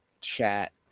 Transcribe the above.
chat